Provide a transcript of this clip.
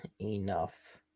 enough